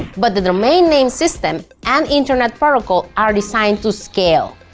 but the domain name system and internet protocol are designed to scale,